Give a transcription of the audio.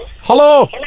Hello